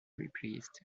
replaced